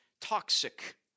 toxic